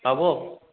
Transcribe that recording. পাব